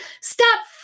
stop